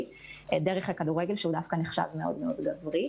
דרך כדורגל שנחשב דווקא מאוד מאוד גברי,